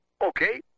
Okay